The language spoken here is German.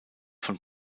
von